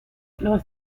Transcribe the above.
los